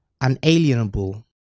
unalienable